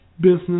business